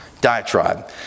Diatribe